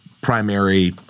primary